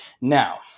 Now